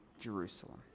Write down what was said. jerusalem